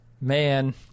Man